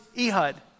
Ehud